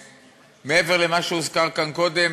מעבר למה שהוזכר כאן קודם,